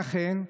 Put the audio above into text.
ואכן,